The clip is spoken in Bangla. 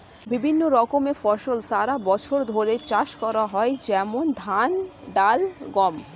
বিভিন্ন রকমের ফসল সারা বছর ধরে চাষ করা হয়, যেমন ধান, ডাল, গম